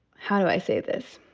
how do i say this?